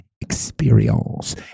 experience